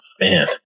man